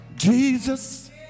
Jesus